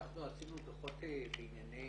אנחנו עשינו דוחות בענייני